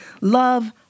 Love